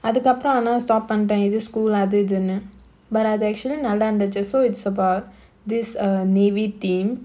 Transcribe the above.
அதுக்கப்பறம் ஆனல:athukkapparam aanala stop பண்ட்டேன் இது:pantaen ithu school அது இதுனு:athu ithunu but அது:athu actually நல்லா இருந்துச்சு:nallaa irunthuchu so it's about this err navy team